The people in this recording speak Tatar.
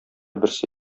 берсе